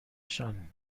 نشان